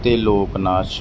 ਅਤੇ ਲੋਕ ਨਾਚ